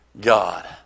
God